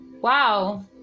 wow